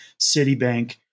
Citibank